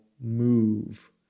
move